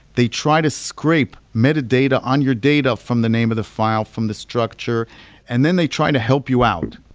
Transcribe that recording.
they try to scrape metadata on your data from the name of the file from the structure and then they try to help you out